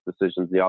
decisions